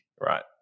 right